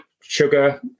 sugar